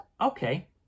okay